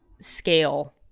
scale